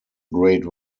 great